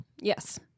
Yes